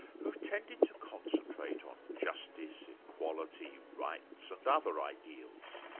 who've tended to concentrate on justice, quality, rights and other ideals.